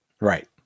right